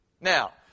Now